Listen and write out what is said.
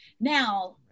Now